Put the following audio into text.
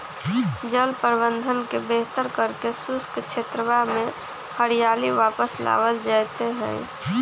जल प्रबंधन के बेहतर करके शुष्क क्षेत्रवा में हरियाली वापस लावल जयते हई